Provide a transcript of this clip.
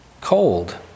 cold